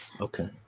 Okay